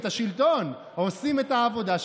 נכנס מתחת לחלון של אותו יהודי ושומע אותו מקדש.